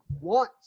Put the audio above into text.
want